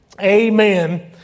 amen